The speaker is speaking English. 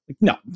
No